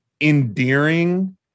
endearing